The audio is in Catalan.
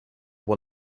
vol